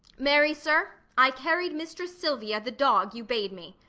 marry, sir, i carried mistress silvia the dog you bade me.